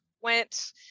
went